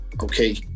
okay